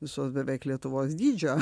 visos beveik lietuvos dydžio